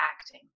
acting